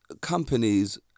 companies